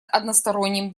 односторонним